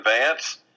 advance